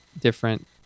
different